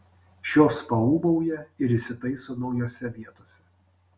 šios paūbauja ir įsitaiso naujose vietose